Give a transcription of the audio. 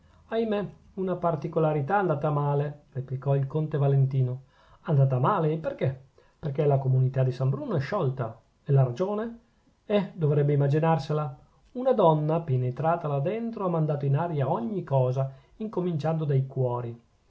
ahimè una particolarità andata a male replicò il conte valentino andata a male e perchè perchè la comunità di san bruno è sciolta la ragione eh dovrebbe immaginarsela una donna penetrata là dentro ha mandato in aria ogni cosa incominciando dai cuori